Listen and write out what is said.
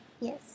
Yes